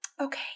okay